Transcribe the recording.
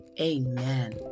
Amen